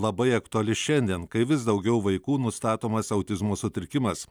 labai aktuali šiandien kai vis daugiau vaikų nustatomas autizmo sutrikimas